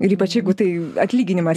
ir ypač jeigu tai atlyginimas